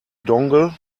dongle